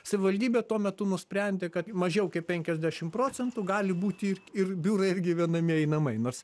savivaldybė tuo metu nusprendė kad mažiau kaip penkiasdešim procentų gali būti ir ir biurai ir gyvenamieji namai nors